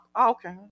Okay